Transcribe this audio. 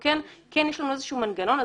כן יש לנו איזשהו מנגנון.